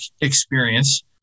experience